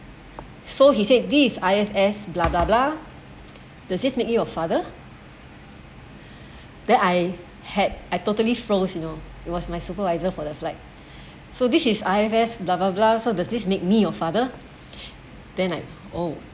so he said these I_F_S blah blah blah does this makes me your father that I had I totally froze you know it was my supervisor for the flight so this is I_F_S blah blah blah so does this make me your father then I oh